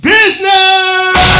Business